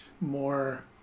more